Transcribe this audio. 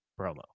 promo